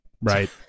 right